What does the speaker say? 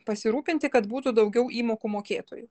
pasirūpinti kad būtų daugiau įmokų mokėtojų